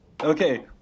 Okay